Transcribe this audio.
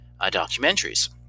documentaries